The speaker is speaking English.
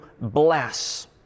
bless